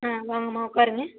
ஆ வாங்கம்மா உக்காருங்கள்